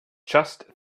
just